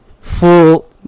full